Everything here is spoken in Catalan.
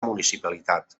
municipalitat